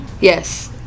Yes